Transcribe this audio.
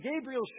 Gabriel